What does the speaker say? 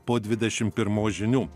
po dvidešim pirmos žinių